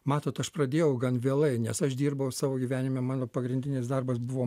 matot aš pradėjau gan vėlai nes aš dirbau savo gyvenime mano pagrindinis darbas buvo